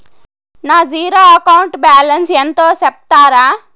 నా zero account balance ఎంతో సెప్తారా?